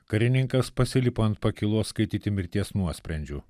karininkas pasilipo ant pakylos skaityti mirties nuosprendžių